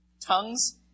tongues